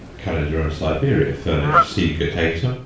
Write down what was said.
canada and siberia furnish c. guttatum,